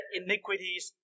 iniquities